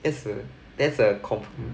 it's a it's a cop